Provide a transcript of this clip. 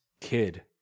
kid